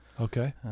Okay